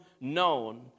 known